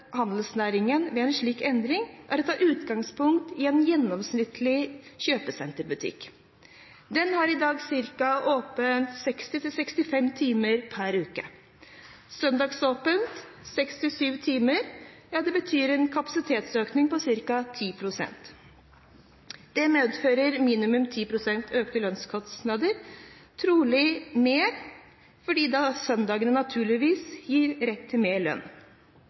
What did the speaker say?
handelsnæringen ved en slik endring, er å ta utgangspunkt i en gjennomsnittlig kjøpesenterbutikk. Den har i dag åpent ca. 60–65 timer per uke. Søndagsåpent i 6–7 timer betyr en kapasitetsøkning på ca. 10 pst. Det medfører minimum 10 pst. økte lønnskostnader, trolig mer, da søndagsarbeid naturligvis gir rett til mer lønn.